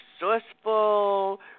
resourceful